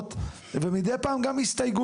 הבהרות ומידי פעם גם הסתייגויות,